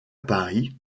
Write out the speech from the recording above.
paris